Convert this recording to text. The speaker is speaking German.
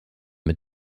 mit